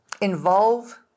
involve